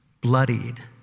bloodied